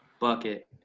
Bucket